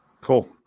Cool